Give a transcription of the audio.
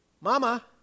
Mama